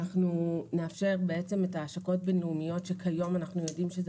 אנחנו נאפשר את ההשקות הבין-לאומיות שכיום אנחנו יודעים שזה